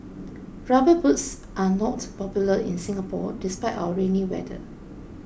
rubber boots are not popular in Singapore despite our rainy weather